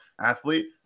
athlete